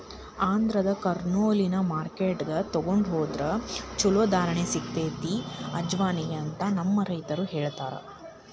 ಆಂಧ್ರದ ಕರ್ನೂಲ್ನಲ್ಲಿನ ಮಾರ್ಕೆಟ್ಗೆ ತೊಗೊಂಡ ಹೊದ್ರ ಚಲೋ ಧಾರಣೆ ಸಿಗತೈತಿ ಅಜವಾನಿಗೆ ಅಂತ ನಮ್ಮ ರೈತರು ಹೇಳತಾರ